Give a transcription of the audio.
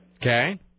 Okay